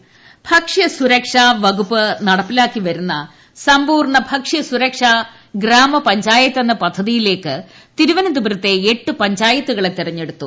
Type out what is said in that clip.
ഭക്ഷ്യസുരക്ഷ ഭക്ഷ്യസുരക്ഷാ വകുപ്പ് നടപ്പിലാക്കി വരുന്ന സമ്പൂർണ്ണ ഭക്ഷ്യസുരക്ഷാ ഗ്രാമ പഞ്ചായത്ത് എന്ന പദ്ധതിയിലേയ്ക്ക് തിരുവനന്തപുരത്തെ എട്ട് പഞ്ചായത്തു കളെ തെരഞ്ഞെടുത്തു